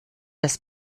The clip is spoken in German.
das